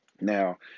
Now